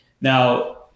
now